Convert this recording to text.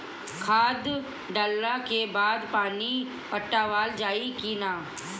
खाद डलला के बाद पानी पाटावाल जाई कि न?